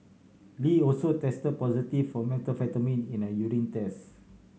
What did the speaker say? Lee also test positive for methamphetamine in a urine test